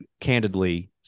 candidly